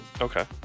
Okay